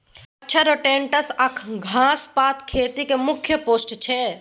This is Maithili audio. मच्छर, रोडेन्ट्स आ घास पात खेतीक मुख्य पेस्ट छै